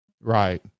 Right